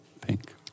pink